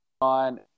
on